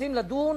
מתכנסים לדון,